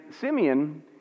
Simeon